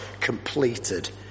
completed